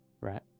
right